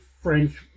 French